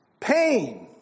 pain